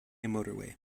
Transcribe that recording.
motorway